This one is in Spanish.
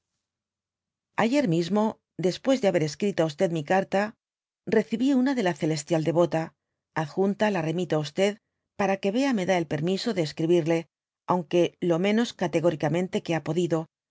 ayer mismo deqpucs de haber escrito á mi carta y recibí una de la celestial devota ad junta la remito á q para que vea me dá el permiso de escribirle aunque lo menos categórica mente que ha podido